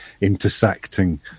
intersecting